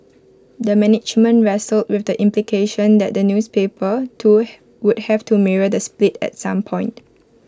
the management wrestled with the implication that the newspaper too would have to mirror the split at some point